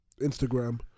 Instagram